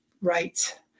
right